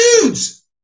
Dudes